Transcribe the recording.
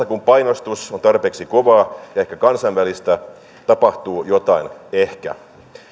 kun painostus on tarpeeksi kovaa ja ehkä kansainvälistä tapahtuu jotain ehkä